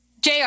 JR